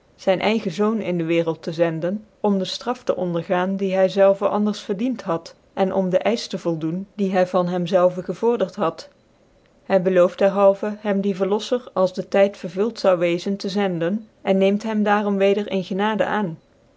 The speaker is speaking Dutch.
zyn eigen zoon in de wereld te zenden om de ftraf te ondergaan die hy zelve anders verdient had en om den eifch te voldoen die hy van hem zelve gevordert had hy belooft derhalvcn hem die vcrloftcr als de tyd vervuld zoude wezen te zenden ca neemt hem daarom weder in genade aan